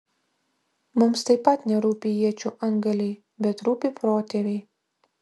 mums taip pat nerūpi iečių antgaliai bet rūpi protėviai